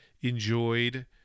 enjoyed